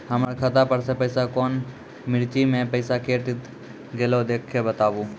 हमर खाता पर से पैसा कौन मिर्ची मे पैसा कैट गेलौ देख के बताबू?